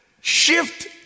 shift